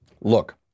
Look